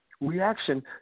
reaction